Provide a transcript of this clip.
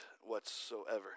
whatsoever